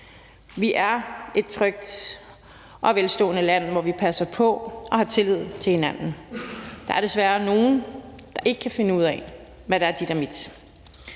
Vi er et trygt og velstående land, hvor vi passer på og har tillid til hinanden. Der er desværre nogle, der ikke kan finde ud af, hvad der er dit og mit.